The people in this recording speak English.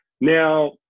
Now